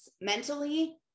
mentally